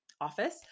office